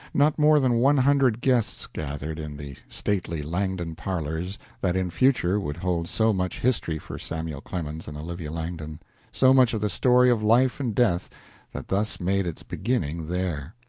not more than one hundred guests gathered in the stately langdon parlors that in future would hold so much history for samuel clemens and olivia langdon so much of the story of life and death that thus made its beginning there.